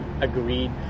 agreed